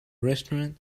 restaurant